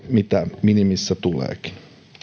mitä minimissä tuleekin